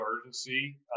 urgency